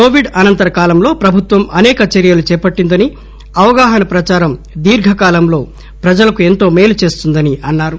Covid అనంతర కాలంలో ప్రభుత్వం అనేక చర్యలు చేపట్టిందని అవగాహన ప్రదారం దీర్ఘ కాలంలో ప్రజలకు ఎంతో మేలు చేస్తుందని అన్నారు